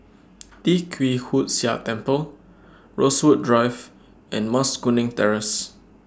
Tee Kwee Hood Sia Temple Rosewood Drive and Mas Kuning Terrace